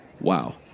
wow